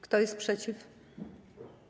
Kto jest przeciw?